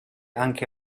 anche